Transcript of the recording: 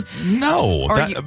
no